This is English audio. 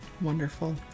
Wonderful